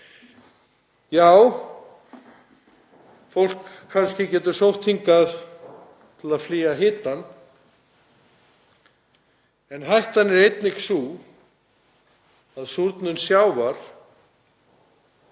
Já, fólk getur kannski sótt hingað til að flýja hitann en hættan er einnig sú að súrnun sjávar